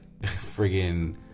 friggin